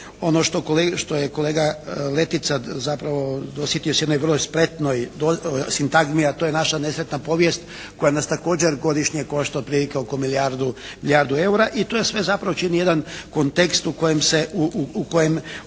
ono što je kolega Letica zapravo dosjetio se u jednoj vrlo spretnoj sintagmi, a to je naša nesretna povijest koja nas također godišnje košta otprilike oko milijardu eura i to sve zapravo čini jedan kontekst u kojem mi djelujemo